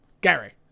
Gary